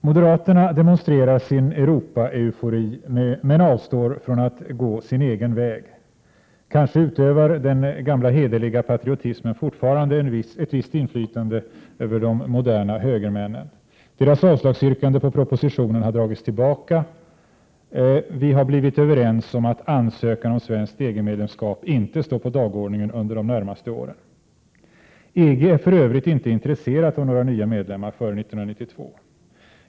Moderaterna demonstrerar sin Europa-eufori men avstår från att gå sin egen väg. Kanske utövar den gamla hederliga patriotismen fortfarande ett visst inflytande över de moderna högermännen. Deras avslagsyrkande på propositionen har dragits tillbaka. Vi har blivit överens om att ansökan om svenskt EG-medlemskap inte står på dagordningen under de närmaste åren. EG är för övrigt inte intresserat av några nya medlemmar före 1992.